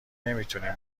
نمیتونین